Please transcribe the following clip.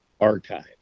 archive